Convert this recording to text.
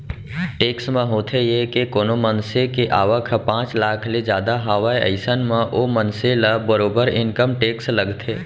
tax म होथे ये के कोनो मनसे के आवक ह पांच लाख ले जादा हावय अइसन म ओ मनसे ल बरोबर इनकम टेक्स लगथे